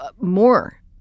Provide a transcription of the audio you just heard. more